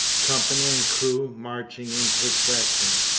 company and crew marching in procession,